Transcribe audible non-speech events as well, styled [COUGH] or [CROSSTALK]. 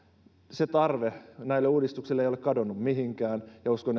se tarve näille uudistuksille ei ole kadonnut mihinkään ja uskon [UNINTELLIGIBLE]